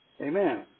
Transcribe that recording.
Amen